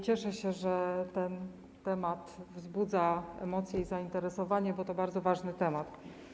Cieszę się, że ten temat wzbudza emocje i zainteresowanie, bo to bardzo ważny temat.